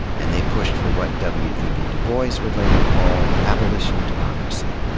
and they pushed for what w e b. du bois would later call abolition democracy.